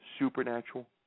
supernatural